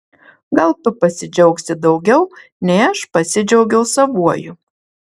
gal tu pasidžiaugsi daugiau nei aš pasidžiaugiau savuoju